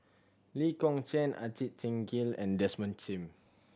Lee Kong Chian Ajit Singh Gill and Desmond Sim